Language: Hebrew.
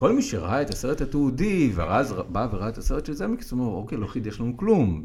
כל מי שראה את הסרט התעודי, ואז בא וראה את הסרט של זמיק, הוא אומר, אוקיי, לא חידש לנו כלום.